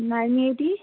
nine eight